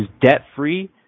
debt-free